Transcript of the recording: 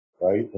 right